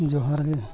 ᱡᱚᱦᱟᱨ ᱜᱮ